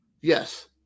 Yes